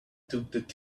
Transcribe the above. took